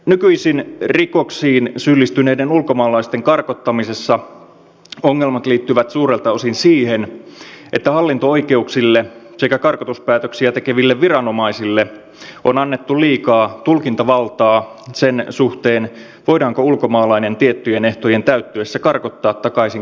nykyisin rikoksiin syyllistyneiden ulkomaalaisten karkottamisessa ongelmat liittyvät suurelta osin siihen että hallinto oikeuksille sekä karkotuspäätöksiä tekeville viranomaisille on annettu liikaa tulkintavaltaa sen suhteen voidaanko ulkomaalainen tiettyjen ehtojen täyttyessä karkottaa takaisin kotimaahansa